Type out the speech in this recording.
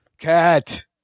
Cat